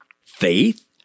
faith